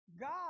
God